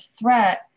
threat